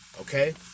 okay